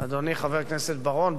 אדוני חבר הכנסת בר-און,